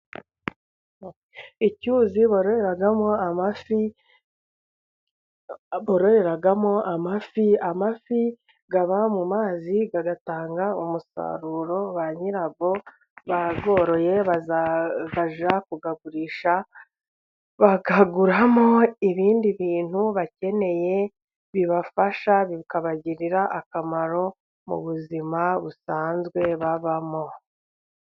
Icyuzi bororeramo amafi bororeramo amafi, amafi aba mu mazi agatanga umusaruro, ba nyirayo bayoroye baza bajya kuyagurisha bakaguramo ibindi bintu bakeneye bibafasha bikabagirira akamaro mu buzima busanzwe babamo.